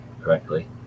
correctly